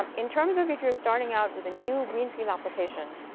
um in terms of if you're starting out with a new greenfield application,